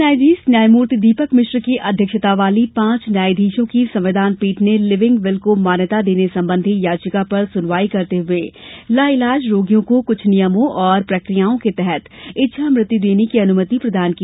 प्रधान न्यायाधीश न्यायमूर्ति दीपक मिश्र की अध्यक्षता वाली पांच न्यायाधीशों की संविधान पीठ ने लिविंग विल को मान्यता देने संबंधी याचिका पर सुनवाई करते हुए लाइलाज रोगियों को कुछ नियमों और प्रक्रियाओं के तहत इच्छा मृत्यु देने की अनुमति प्रदान की